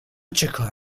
چیکاره